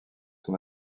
son